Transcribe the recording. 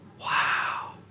Wow